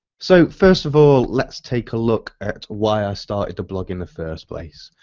so first of all, let's take a look at why i started the blog in the first place.